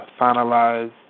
finalized